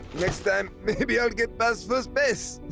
next time, maybe i'll get past first base!